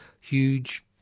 huge